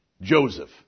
Joseph